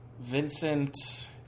Vincent